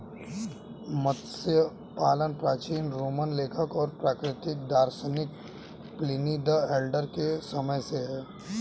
मत्स्य पालन प्राचीन रोमन लेखक और प्राकृतिक दार्शनिक प्लिनी द एल्डर के समय से है